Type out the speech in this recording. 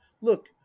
look